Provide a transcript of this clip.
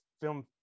film